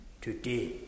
today